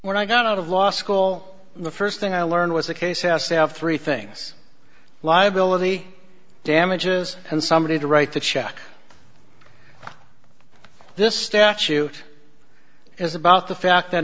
when i got out of law school the first thing i learned was the case asked out three things liability damages and somebody to write the check this statute is about the fact that